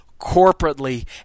corporately